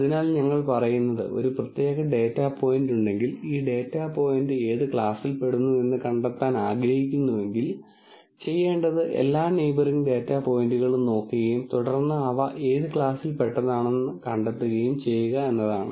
അതിനാൽ ഞങ്ങൾ പറയുന്നത് ഒരു പ്രത്യേക ഡാറ്റാ പോയിന്റ് ഉണ്ടെങ്കിൽ ഈ ഡാറ്റാ പോയിന്റ് ഏത് ക്ലാസിൽ പെടുന്നു എന്ന് കണ്ടെത്താൻ ആഗ്രഹിക്കുന്നുവെങ്കിൽ ചെയ്യേണ്ടത് എല്ലാ നെയിബറിങ് ഡാറ്റാ പോയിന്റുകളും നോക്കുകയും തുടർന്ന് അവ ഏത് ക്ലാസിൽ പെട്ടതാണെന്ന് കണ്ടെത്തുകയും ചെയ്യുക എന്നതാണ്